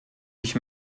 ich